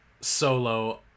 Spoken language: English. Solo